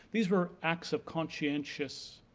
these were acts of conscientious,